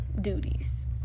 duties